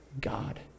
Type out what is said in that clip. God